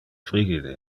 frigide